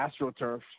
astroturf